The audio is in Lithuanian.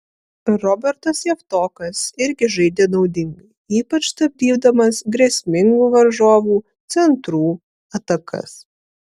robertas javtokas irgi žaidė naudingai ypač stabdydamas grėsmingų varžovų centrų atakas